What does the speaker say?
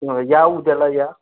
या उद्याला या